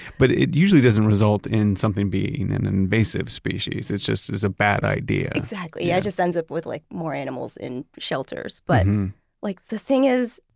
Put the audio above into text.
but it usually doesn't result in something being an invasive species. it's just is a bad idea exactly, it yeah just ends up with like more animals in shelters. but like the thing is,